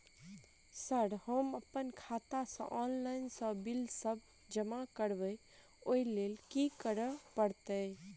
Sir हम अप्पन खाता सऽ ऑनलाइन सऽ बिल सब जमा करबैई ओई लैल की करऽ परतै?